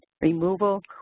removal